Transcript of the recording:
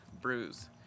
bruise